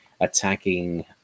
attacking